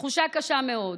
תחושה קשה מאוד.